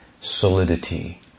solidity